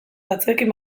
batzuekin